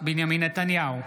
בנימין נתניהו,